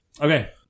Okay